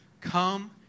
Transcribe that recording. come